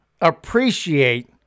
appreciate